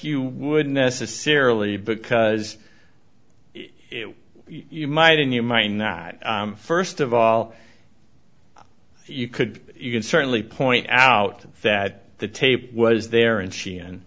you would necessarily because you might in your mind that first of all you could you can certainly point out that the tape was there and she and